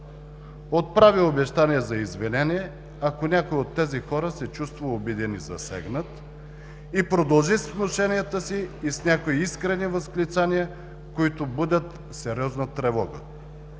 Отправи обещание за извинение, ако някой от тези хора се чувства обиден и засегнат, и продължи с внушенията си и с някои искрени възклицания, които будят сериозна тревога.